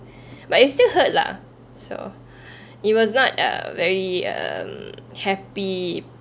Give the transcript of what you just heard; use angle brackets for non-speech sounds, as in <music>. <breath> but it's still hurt lah so <breath> it was not a very um happy